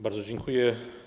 Bardzo dziękuję.